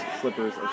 slippers